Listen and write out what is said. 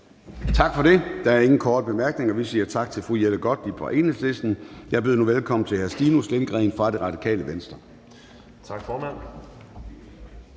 Gade): Der er ingen korte bemærkninger. Vi siger tak til fru Jette Gottlieb fra Enhedslisten. Jeg byder nu velkommen til hr. Stinus Lindgreen fra Radikale Venstre. Kl.